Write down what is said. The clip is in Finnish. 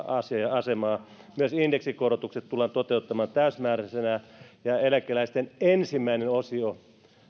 asemaa myös indeksikorotukset tullaan toteuttamaan täysmääräisinä ja ensimmäinen osio